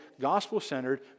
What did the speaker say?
gospel-centered